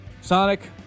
Sonic